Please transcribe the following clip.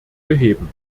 beheben